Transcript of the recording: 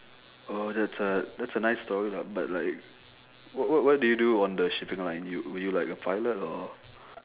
oh that's a that's a nice story lah but like wha~ wha~ what do you do on the shipping line you were you like a pilot or